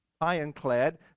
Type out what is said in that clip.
ironclad